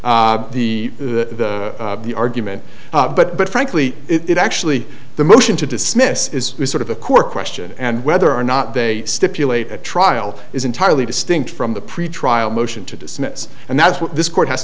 the the the argument but but frankly it actually the motion to dismiss is sort of a core question and whether or not they stipulate a trial is entirely distinct from the pretrial motion to dismiss and that's what this court has